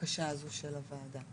הבקשה הזו של הוועדה.